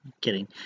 Kidding